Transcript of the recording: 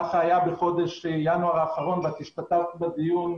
כך היה בחודש ינואר האחרון ואת השתתפת בדיון,